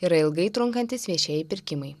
yra ilgai trunkantys viešieji pirkimai